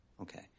Okay